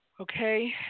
Okay